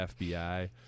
FBI